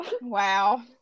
Wow